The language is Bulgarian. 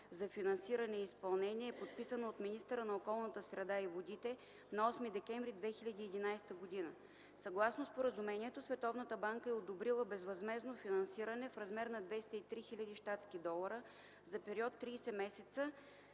за финансиране и изпълнение е подписано от министъра на околната среда и водите на 8 декември 2011 г. Съгласно споразумението Световната банка е одобрила безвъзмездно финансиране в размер на 203 000 щатски долара за период 30 месеца